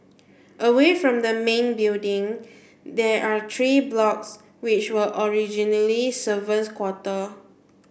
away from the main building there are three blocks which were originally quarter